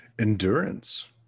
endurance